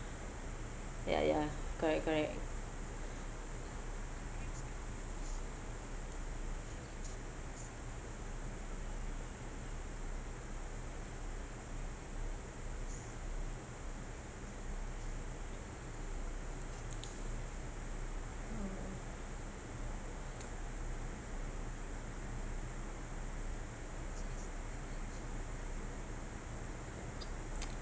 ya ya correct correct